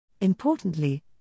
Importantly